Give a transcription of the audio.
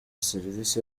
serivisi